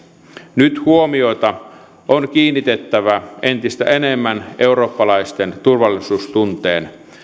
nyt huomiota on kiinnitettävä entistä enemmän eurooppalaisten turvallisuudentunteen